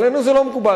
עלינו זה לא מקובל.